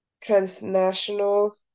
transnational